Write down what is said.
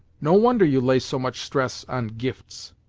no wonder you lay so much stress on gifts.